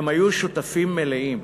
הם היו שותפים מלאים.